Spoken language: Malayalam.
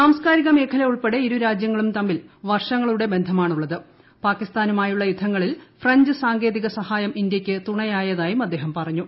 സാംസ്കാരിക മേഖല ഉൾപ്പെടെ ഇരുരാജ്യങ്ങളും തമ്മിൽ വർഷങ്ങളുടെ ബന്ധമാണുള്ളത്ത് ്പാക്കിസ്ഥാനുമായുള്ള യുദ്ധങ്ങളിൽ ഫ്രഞ്ച് സാങ്കേതിക ് സ്റ്റായ്ം ഇന്ത്യക്ക് തുണയായ തായും അദ്ദേഹം പറഞ്ഞു